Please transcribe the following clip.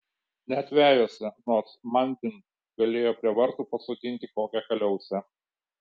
net vejose nors manding galėjo prie vartų pasodinti kokią kaliausę